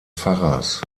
pfarrers